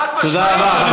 חד-משמעית.